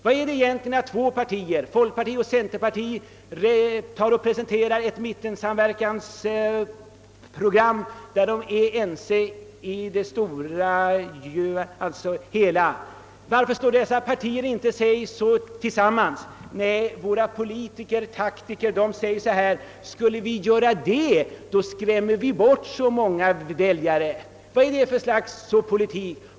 Här presenterar två partier, folkpartiet och centerpartiet, ett program för mittensamverkan där de är ense i det stora hela. Varför slår inte dessa partier sig då samman? Nej, våra taktiker, våra politiker, säger att det skulle kunna skrämma bort många väljare. Vad är det för slags politik?